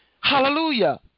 Hallelujah